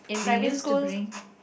we used to bring